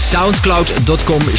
Soundcloud.com